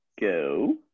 go